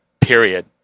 Period